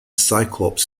cyclops